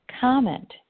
Comment